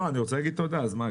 לא, אני רוצה להגיד תודה, אז מה?